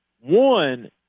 One